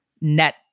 net